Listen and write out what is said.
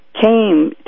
came